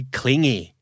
clingy